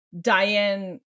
Diane